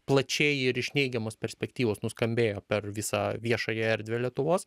plačiai ir iš neigiamos perspektyvos nuskambėjo per visą viešąją erdvę lietuvos